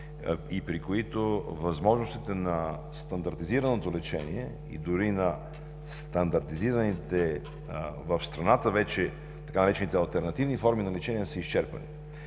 и при които възможностите на стандартното лечение дори и на стандартизираните в страната, така наречените „алтернативни форми на лечение“, са изчерпани.